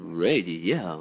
radio